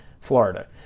Florida